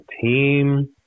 team